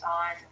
on